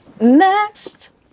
next